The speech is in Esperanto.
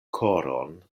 koron